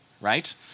Right